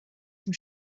zum